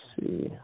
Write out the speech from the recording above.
see